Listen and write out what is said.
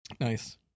Nice